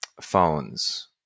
phones